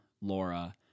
Laura